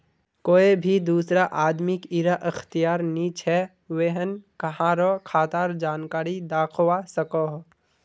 कोए भी दुसरा आदमीक इरा अख्तियार नी छे व्हेन कहारों खातार जानकारी दाखवा सकोह